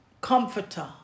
comforter